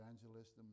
evangelism